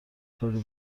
کاری